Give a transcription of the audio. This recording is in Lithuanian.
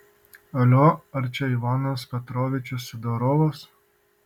alio ar čia ivanas petrovičius sidorovas